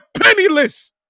penniless